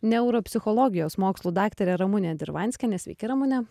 neuropsichologijos mokslų daktarė ramunė dirvanskienė sveiki ramune